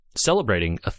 celebrating